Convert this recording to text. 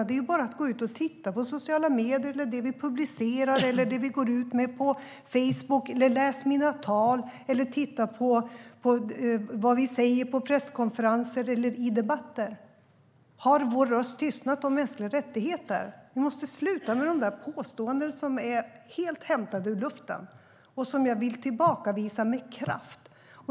Det är bara att gå ut och titta på Facebook och andra sociala medier och i det vi publicerar. Läs mina tal, eller lyssna på vad vi säger på presskonferenser och i debatter! Har vår röst om mänskliga rättigheter tystnat? Ni måste sluta med de där påståendena, som är helt hämtade ur luften och som jag vill tillbakavisa med kraft.